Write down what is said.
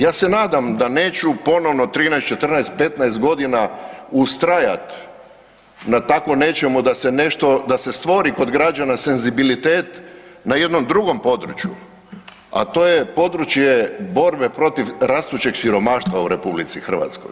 Ja se nadam da neću ponovno 13, 14, 15 godina ustrajati na tako nečemu, da se stvori kod građana senzibilitet na jednom drugom području, a to je područje borbe protiv rastućeg siromaštva u RH.